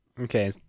Okay